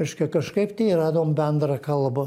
reiškia kažkaip tai radom bendrą kalbą